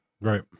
Right